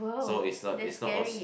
so is the is the also